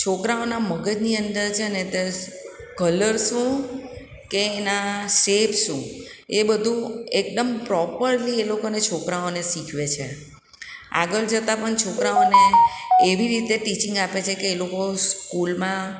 છોકરાઓના મગજની અંદર છે ને તે કલર્સો કે એના શેપ્સો એ બધું એકદમ પ્રોપરલી એ લોકોને છોકરાઓને શીખવે છે આગળ જતાં પણ છોકરાઓને એવી રીતે ટીચિંગ આપે છે કે એ લોકો સ્કૂલમાં